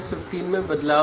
इसमे अंतर है